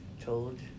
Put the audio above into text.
told